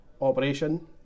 Operation